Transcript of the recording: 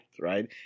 right